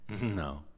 no